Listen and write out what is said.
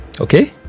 Okay